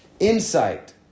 Insight